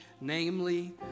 Namely